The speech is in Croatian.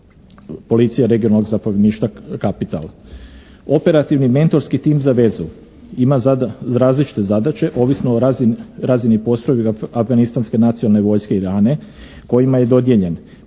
policije regionalnog zapovjedništva kapital. Operativni mentorski tim za vezu ima različite zadaće ovisno o razini postrojbi afganistanske nacionalne vojske … /Ne razumije se./